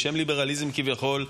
בשם ליברליזם כביכול,